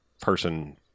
person